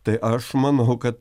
tai aš manau kad